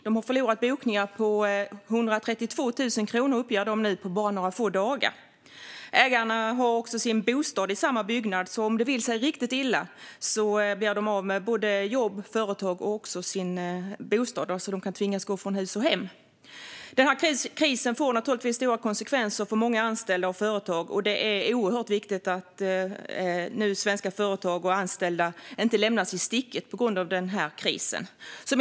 De har förlorat bokningar på 132 000 kronor på bara några få dagar, uppger de nu. Ägarna har sin bostad i samma byggnad, så om det vill sig riktigt illa blir de av med både jobb och företag och även sin bostad. De kan tvingas gå från hus och hem. Krisen får naturligtvis stora konsekvenser för många anställda och företag, och det är oerhört viktigt att svenska företag och anställda inte lämnas i sticket på grund av denna kris.